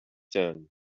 done